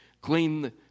clean